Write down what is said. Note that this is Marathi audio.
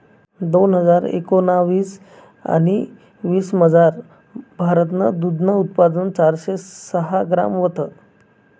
दोन हजार एकोणाविस आणि वीसमझार, भारतनं दूधनं उत्पादन चारशे सहा ग्रॅम व्हतं